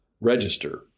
register